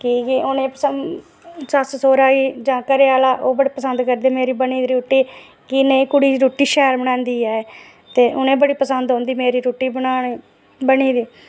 की के उ'नेंगी पंसद सस्स सौह्रा गी अपने घरै आहला ओह् बड़ी पसंद करदे मेरी बनी दी रुट्टी कि नेईं कुड़ी दी रुट्टी शैल बनांदी ऐ ते उ'नें गी बड़ी पसंद दी मेरी रुट्टी बनाने बनी दी